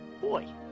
Boy